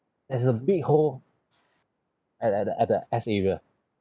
is a big hole at at the at the ass area